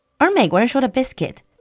而美国人说的biscuit